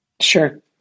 Sure